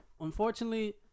Unfortunately